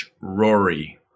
Rory